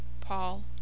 Paul